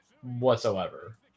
whatsoever